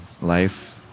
life